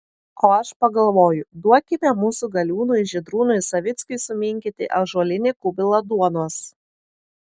o aš pagalvoju duokime mūsų galiūnui žydrūnui savickui suminkyti ąžuolinį kubilą duonos